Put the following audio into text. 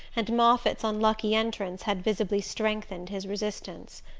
and moffatt's unlucky entrance had visibly strengthened his resistance.